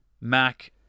Mac